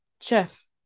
Chef